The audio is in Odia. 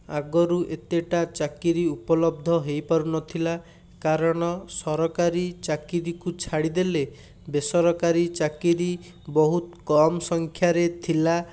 ଆଗରୁ ଏତେଟା ଚାକିରୀ ଉପଲବ୍ଧ ହେଇପାରୁନଥିଲା କାରଣ ସରକାରୀ ଚାକିରିକୁ ଛାଡ଼ିଦେଲେ ବେସରକାରୀ ଚାକିରି ବହୁତ କମ ସଂଖ୍ୟାରେ ଥିଲା